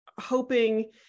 hoping